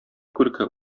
күрке